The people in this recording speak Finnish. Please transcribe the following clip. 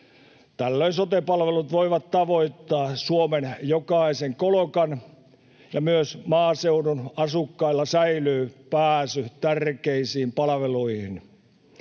Tällöin sote-palvelut voivat tavoittaa Suomen jokaisen kolkan ja myös maaseudun asukkailla säilyy pääsy tärkeisiin palveluihin.